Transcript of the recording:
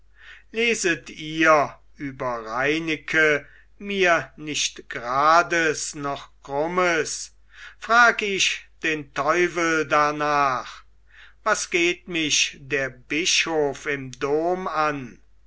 leset ihr über reineke mir nicht grades noch krummes frag ich den teufel darnach was geht mich der bischof im dom an